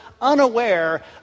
unaware